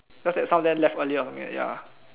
just that some of them left earlier ya ya